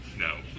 No